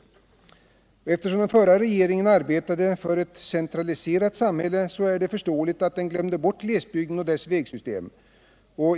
Eftersom den förra regeringen arbetade för ett centraliserat samhälle är det förståeligt att den glömde bort glesbygden och dess vägsystem.